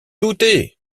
douter